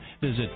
visit